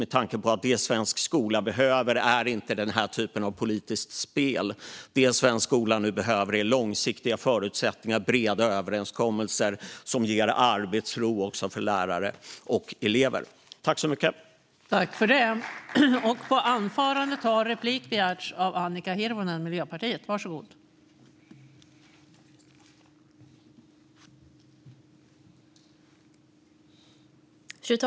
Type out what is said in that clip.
Det svensk skola behöver är inte denna typ av politiskt spel utan långsiktiga förutsättningar och breda överenskommelser som ger lärare och elever arbetsro.